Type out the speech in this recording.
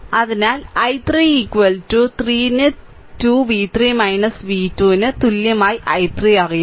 അതിനാൽ i3 ഇപ്പോൾ 3 ന് 2 ന് v3 v2 ന് തുല്യമായ i3 അറിയാം